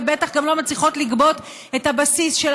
ובטח גם לא מצליחות לגבות את הבסיס של